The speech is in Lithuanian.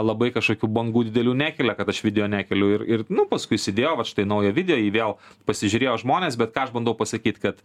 labai kažkokių bangų didelių nekelia kad aš video nekeliu ir ir nu paskui jis įdėjo vat štai naują video vėl pasižiūrėjo žmonės bet ką aš bandau pasakyt kad